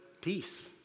Peace